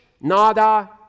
nada